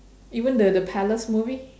even the the palace movie